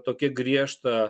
tokia griežta